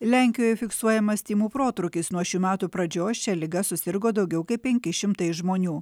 lenkijoje fiksuojamas tymų protrūkis nuo šių metų pradžios šia liga susirgo daugiau kaip penki šimtai žmonių